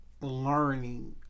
learning